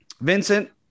Vincent